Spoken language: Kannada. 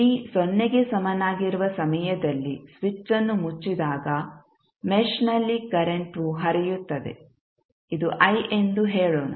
t ಸೊನ್ನೆಗೆ ಸಮನಾಗಿರುವ ಸಮಯದಲ್ಲಿ ಸ್ವಿಚ್ ಅನ್ನು ಮುಚ್ಚಿದಾಗ ಮೆಶ್ನಲ್ಲಿ ಕರೆಂಟ್ವು ಹರಿಯುತ್ತದೆ ಇದು i ಎಂದು ಹೇಳೋಣ